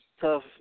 tough